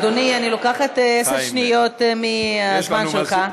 אדוני, אני לוקחת עשר שניות מהזמן שלך.